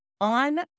on